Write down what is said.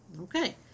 Okay